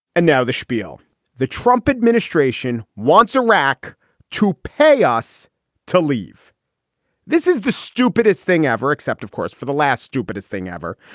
and now the schpiel the trump administration wants iraq to pay us to leave this is the stupidest thing ever except, of course, for the last stupidest thing ever.